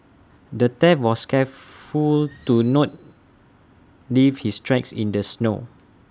the thief was careful to not leave his tracks in the snow